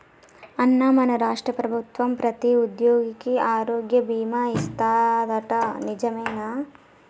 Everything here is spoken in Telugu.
అన్నా మన రాష్ట్ర ప్రభుత్వం ప్రతి ఉద్యోగికి ఆరోగ్య బీమా ఇస్తాదట నిజమేనా